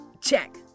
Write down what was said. check